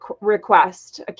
request